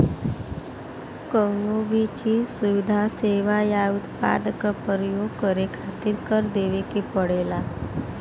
कउनो भी चीज, सुविधा, सेवा या उत्पाद क परयोग करे खातिर कर देवे के पड़ेला